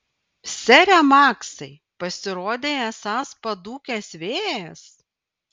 sere maksai pasirodei esąs padūkęs vėjas